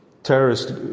terrorist